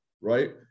right